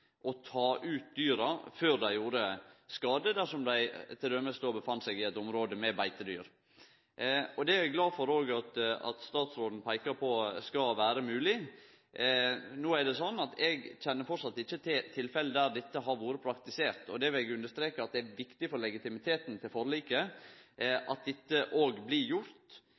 og ta ut dyra før dei gjer skade, dersom dei t.d. er i eit område med beitedyr. Eg er glad for at statsråden òg peika på at det skal vere mogleg. Eg kjenner framleis ikkje til tilfelle der dette har vore praktisert. Eg vil understreke at det er viktig for legitimiteten til forliket at dette òg blir gjort